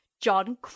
John